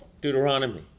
Deuteronomy